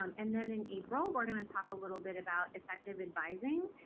um and then in april, we're going to talk a little bit about effective advising,